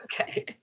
Okay